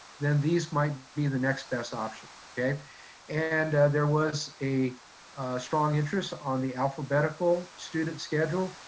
then these might be the next best option. yeah and there was a strong interest on the alphabetical student schedule,